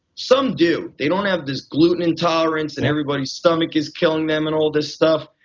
some do, they don't have this gluten intolerance and everybody stomach is killing them and all this stuff.